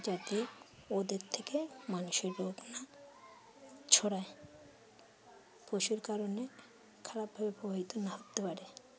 যাতে ওদের থেকে মানুষের রোগ না ছড়ায় পশুর কারণে খারাপভাবে প্রভাবিত না হতে পারে